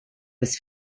was